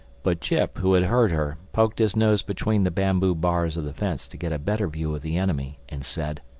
but jip, who had heard her, poked his nose between the bamboo bars of the fence to get a better view of the enemy and said,